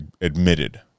Admitted